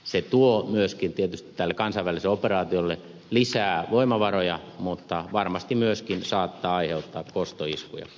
se tuo myöskin tietysti tälle kansainväliselle operaatiolle lisää voimavaroja mutta varmasti myöskin saattaa aiheuttaa kostoiskuja